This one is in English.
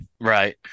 right